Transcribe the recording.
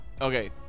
Okay